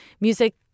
music